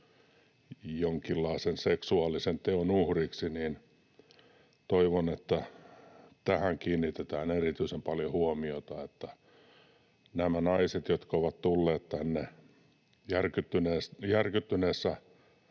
jonkinlaisen seksuaalisen teon uhriksi. Toivon, että tähän kiinnitetään erityisen paljon huomiota. Nämä naiset, jotka ovat tulleet tänne järkyttyneessä